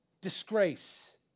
disgrace